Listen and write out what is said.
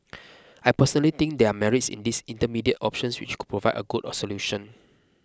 I personally think there are merits in these intermediate options which could provide a good a solution